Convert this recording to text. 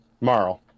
Marl